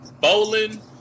Bowling